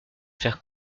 faire